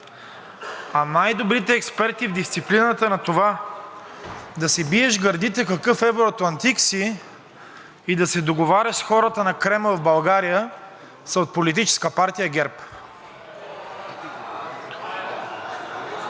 Най-добрите експерти в дисциплината на това да се биеш в гърдите какъв евроатлантик си и да се договаряш с хората на Кремъл в България са от Политическа партия ГЕРБ.